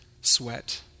sweat